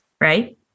right